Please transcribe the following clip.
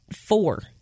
four